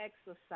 exercise